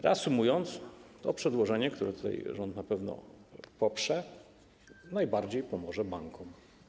Reasumując, to przedłożenie, które rząd na pewno poprze, najbardziej pomoże bankom.